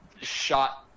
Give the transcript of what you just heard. shot